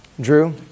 Drew